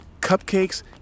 cupcakes